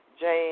Jane